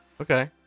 Okay